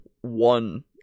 one